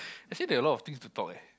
actually there're a lot of things to talk eh